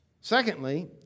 Secondly